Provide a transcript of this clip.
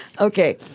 Okay